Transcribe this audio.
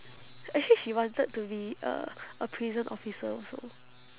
actually she wanted to be uh a prison officer also